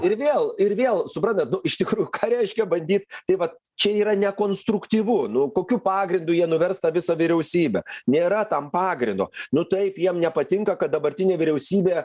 ir vėl ir vėl suprantat nu iš tikrųjų ką reiškia bandyt tai vat čia yra nekonstruktyvu nu kokiu pagrindu jie nuvers tą visą vyriausybę nėra tam pagrindo nu taip jiem nepatinka kad dabartinė vyriausybė